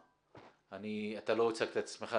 אתה לא הצגת את עצמך.